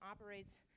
operates